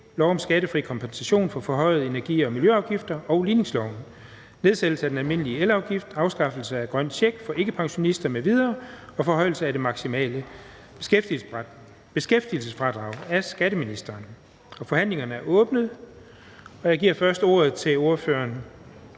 lov om skattefri kompensation for forhøjede energi- og miljøafgifter og ligningsloven. (Nedsættelse af den almindelige elafgift, afskaffelse af grøn check for ikkepensionister m.v. og forhøjelse af det maksimale beskæftigelsesfradrag). Af skatteministeren (Jeppe Bruus). (Fremsættelse